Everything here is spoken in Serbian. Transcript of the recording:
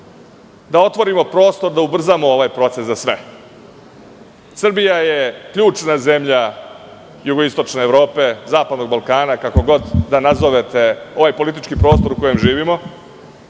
da otvorimo prostor da ubrzamo ovaj proces za sve. Srbija je ključna zemlja jugoistočne Evrope, zapadnog Balkana, kako god da nazovete ovaj politički prostor u kojem živimo,